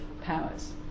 powers